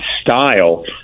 style